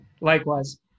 Likewise